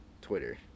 Twitter